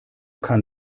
kann